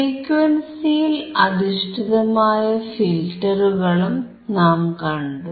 ഫ്രീക്വൻസിയിൽ അധിഷ്ഠിതമായ ഫിൽറ്ററുകളും നാം കണ്ടു